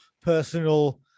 personal